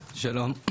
שלום,